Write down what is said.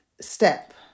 step